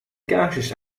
kaarsjes